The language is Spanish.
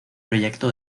proyecto